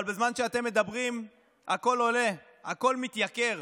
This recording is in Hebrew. אבל בזמן שאתם מדברים הכול עולה, הכול מתייקר.